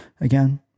Again